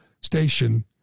station